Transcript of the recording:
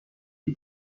die